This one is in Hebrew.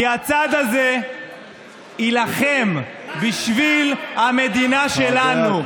כי הצד הזה יילחם בשביל המדינה שלנו.